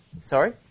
Sorry